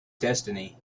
destiny